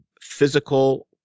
physical